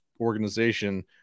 organization